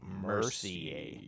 Mercier